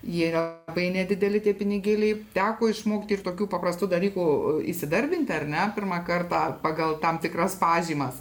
jie labai nedideli tie pinigėliai teko išmokti ir tokių paprastų dalykų įsidarbinti ar ne pirmą kartą pagal tam tikras pažymas